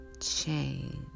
change